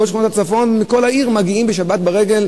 מכל שכונות הצפון ומכל העיר מגיעים בשבת ברגל,